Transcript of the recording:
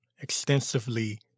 extensively